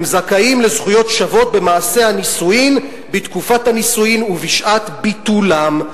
הם זכאים לזכויות שוות במעשה הנישואים בתקופת הנישואים ובשעת ביטולם".